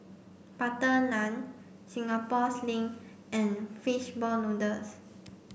butter naan Singapore sling and fish ball noodles